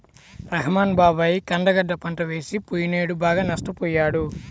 రెహ్మాన్ బాబాయి కంద గడ్డ పంట వేసి పొయ్యినేడు బాగా నష్టపొయ్యాడు